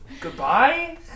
Goodbye